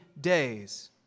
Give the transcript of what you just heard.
days